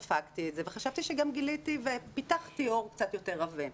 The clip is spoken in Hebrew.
כילדה ספגתי את זה וחשבתי שגם גיליתי ופיתחתי עור קצת יותר עבה.